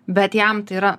bet jam tai yra